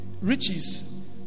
riches